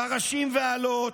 פרשים ואלות,